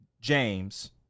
James